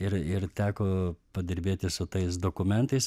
ir ir teko padirbėti su tais dokumentais